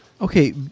Okay